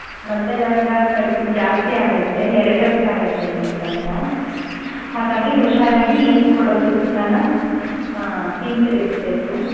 ಮತ್ತೆ ದಂಡ ಕಟ್ಟಿ ಜಾಸ್ತಿ ಆಗುತ್ತೆ ಎರಡರಷ್ಟು ಆಗುತ್ತೆ ನಿಮಗೆ ದಂಡ ಹಾಗಾಗಿ ಹುಷಾರಾಗಿ ಈಗ ಕೊಡೋ ಪುಸ್ತಕನ ಹಿಂತಿರಿಗ್ಸ್ಬೇಕು